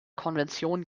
konvention